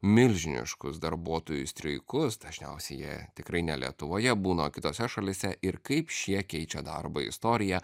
milžiniškus darbuotojų streikus dažniausiai jie tikrai ne lietuvoje būna o kitose šalyse ir kaip šie keičia darbo istoriją